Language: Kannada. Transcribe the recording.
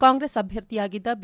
ಕಾಂಗ್ರೆಸ್ ಅಭ್ನರ್ಥಿಯಾಗಿದ್ದ ಬಿ